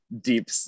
deep